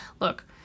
look